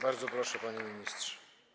Bardzo proszę, panie ministrze.